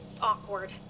awkward